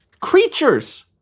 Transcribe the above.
Creatures